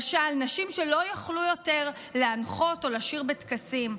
למשל שנשים לא יוכלו יותר להנחות או לשיר בטקסים,